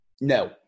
No